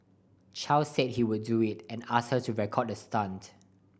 Chow said he would do it and asked her to record the stunt